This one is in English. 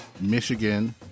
Michigan